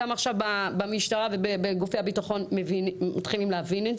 גם עכשיו במשטרה ובגופי הביטחון מתחילים להבין.